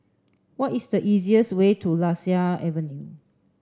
what is the easiest way to Lasia Avenue